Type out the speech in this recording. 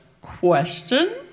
question